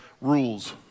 rules